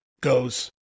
goes